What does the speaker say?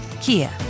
Kia